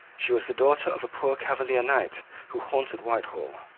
she was the daughter of a poor cavalier knight who haunted whitehall,